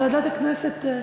ועדת הכנסת,